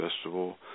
Festival